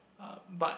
uh but